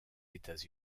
états